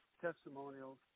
testimonials